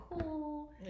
cool